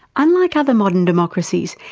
unlike other modern democracies,